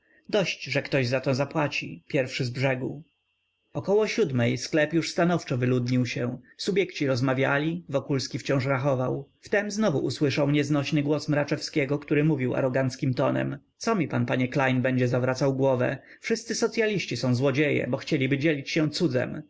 dosyć że ktoś za to zapłaci pierwszy z brzegu około siódmej sklep już stanowczo wyludnił się subjekci rozmawiali wokulski wciąż rachował wtem znowu usłyszał nieznośny głos mraczewskiego który mówił aroganckim tonem co mi pan panie klejn będzie zawracał głowę wszyscy socyaliści są złodzieje bo chcieliby dzielić się cudzem